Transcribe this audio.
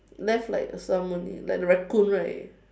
left like some only like the Raccoon right